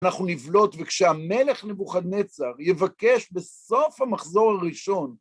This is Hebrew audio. אנחנו נבלוט, וכשהמלך נבוכדנאצר יבקש בסוף המחזור הראשון